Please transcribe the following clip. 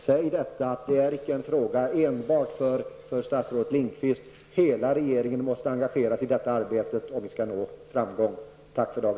Säg att detta inte enbart är en fråga för statsrådet Lindqvist -- hela regeringen måste engageras i detta arbete, om vi skall nå framgång.